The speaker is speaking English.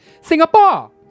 Singapore